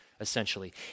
essentially